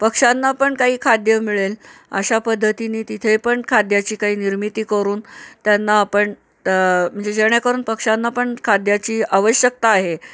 पक्षांना पण काही खाद्य मिळेल अशा पद्धतीनी तिथे पण खाद्याची काही निर्मिती करून त्यांना आपण म्हणजे जेणेकरून पक्ष्यांना पण खाद्याची आवश्यकता आहे